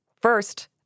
First